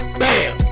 bam